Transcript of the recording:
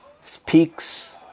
speaks